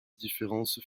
différences